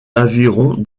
aviron